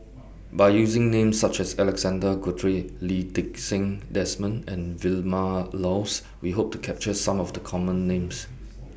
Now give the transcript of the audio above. By using Names such as Alexander Guthrie Lee Ti Seng Desmond and Vilma Laus We Hope to capture Some of The Common Names